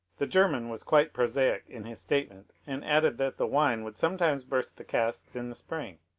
the german was quite prosaic in his statement, and added that the wine would sometimes burst the casks in the spring.